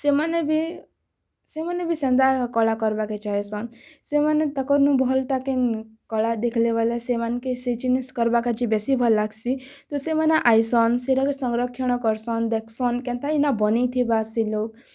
ସେମାନେ ବି ସେମାନେ ବି ସେନ୍ତା କଳା କରବାକେ ଚାହେଁସନ୍ ସେମାନେ ତାଙ୍କନୁ ଭଲ କଳା ଦେଖଲେ ବଲେ ସେମାନକେ ସେଇ ଜିନିଷ କର୍ବାକେ ଜି ବେଶି ଭଲ ଲାଗ୍ସି ତ ସେମାନେ ଆଇସନ୍ ସେଟାକେ ସଂରକ୍ଷଣ କରସନ୍ ଦେଖସନ୍ କେନ୍ତା ଇନ ବନେଇ ଥିବା ସି ଲୋଗ